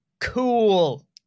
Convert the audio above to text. Cool